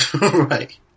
Right